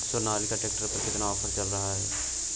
Sonalika tractor पर कितना offer चल रहा है?